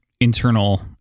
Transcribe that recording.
internal